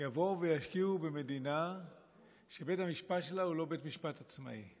תבוא ותשקיע במדינה שבית המשפט שלה הוא לא בית משפט עצמאי?